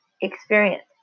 experience